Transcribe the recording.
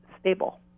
stable